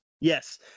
Yes